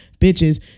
bitches